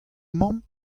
mamm